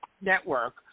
network